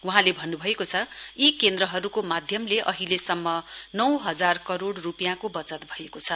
वहाँले भन्नुभएको छ यी केन्द्रहरूको माध्यमले अहिलेसम्म नौ हजार करोइ रूपियाँको वचत भएको छ